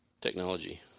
technology